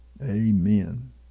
Amen